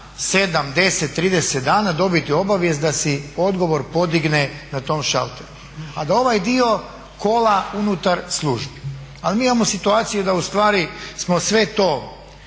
7, 10, 30 dana dobiti obavijest da si odgovor podigne na tom šalteru a da ovaj dio kola unutar službe. Ali mi imamo situaciju da ustvari smo sve to